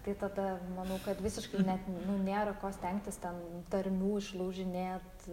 tai tada manau kad visiškai net nu nėra ko stengtis ten tarmių išlaužinėt